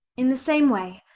in the same way.